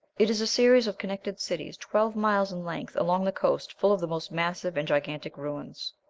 it is a series of connected cities twelve miles in length, along the coast, full of the most massive and gigantic ruins.